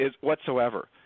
whatsoever